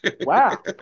Wow